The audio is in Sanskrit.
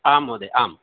आम् महोदय आम्